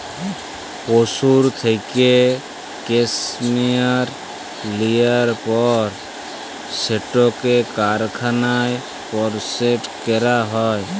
পশুর থ্যাইকে ক্যাসমেয়ার লিয়ার পর সেটকে কারখালায় পরসেস ক্যরা হ্যয়